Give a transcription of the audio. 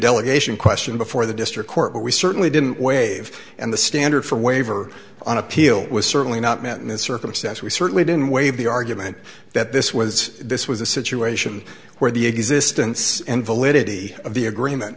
delegation question before the district court but we certainly didn't wave and the standard for waiver on appeal was certainly not met in this circumstance we certainly didn't waive the argument that this was this was a situation where the existence and validity of the agreement